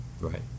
right